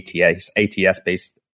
ATS-based